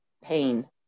pain